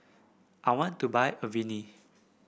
I want to buy Avene